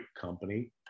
company